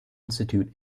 institute